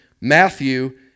Matthew